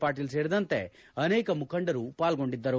ಪಾಟೀಲ್ ಸೇರಿದಂತೆ ಅನೇಕ ಮುಖಂಡರು ಪಾಲ್ಗೊಂಡಿದ್ದರು